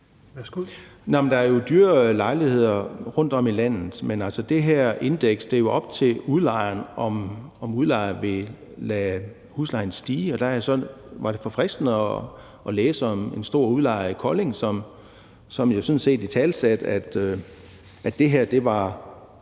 Der er jo dyre lejligheder rundtom i landet, men hvad angår det her indeks, er det jo op til udlejeren, om udlejeren vil lade huslejen stige. Så var det jo forfriskende at læse om en stor udlejer i Kolding, som sådan set italesatte, at